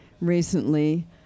recently